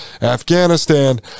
Afghanistan